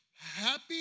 happy